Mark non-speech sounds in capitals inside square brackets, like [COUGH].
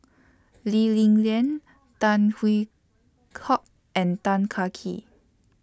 Lee Li Lian Tan Hwee [UNINTELLIGIBLE] and Tan Kah Kee